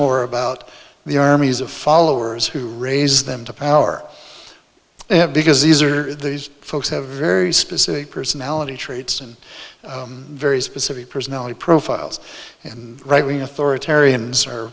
more about the armies of followers who raise them to power they have because these are these folks have very specific personality traits and very specific personality profiles and right wing authoritarian